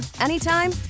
anytime